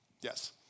Yes